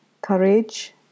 courage